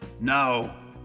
Now